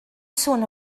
sôn